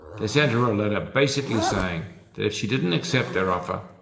they sent her a letter basically saying that if she didn't accept their offer,